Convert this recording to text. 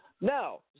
No